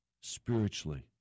spiritually